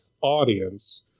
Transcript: audience